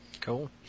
Cool